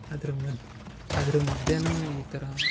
ಅದ್ರ ಮದ್ ಅದ್ರ ಮಧ್ಯಾಹ್ನ ಈ ಥರಾ